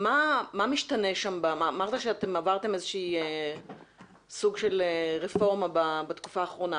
אמרת שעברתם סוג של רפורמה בתקופה האחרונה.